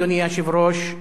אדוני היושב-ראש,